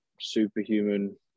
superhuman